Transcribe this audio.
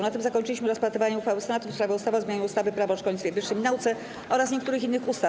Na tym zakończyliśmy rozpatrywanie uchwały Senatu w sprawie ustawy o zmianie ustawy - Prawo o szkolnictwie wyższym i nauce oraz niektórych innych ustaw.